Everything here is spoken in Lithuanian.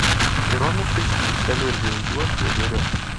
ironiškai šypteliu ir gręžiuosi į duris